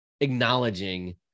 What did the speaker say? acknowledging